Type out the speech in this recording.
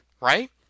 right